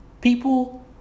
People